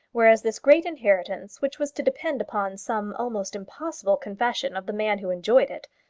whereas this great inheritance which was to depend upon some almost impossible confession of the man who enjoyed it,